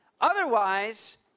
Otherwise